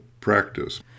practice